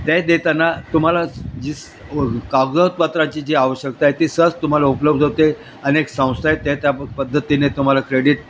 ते देताना तुम्हाला जी कागदपत्राची जी आवश्यकता आहे ती सहज तुम्हाला उपलब्ध होते अनेक संस्था आहे ते त्या प पद्धतीने तुम्हाला क्रेडीट